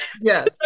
Yes